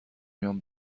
میان